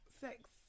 sex